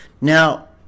Now